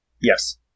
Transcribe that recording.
Yes